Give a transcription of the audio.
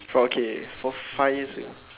okay from five years ago